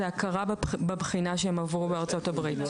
זאת הכרה בבחינה שהם עברו בארצות-הברית.